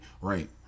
right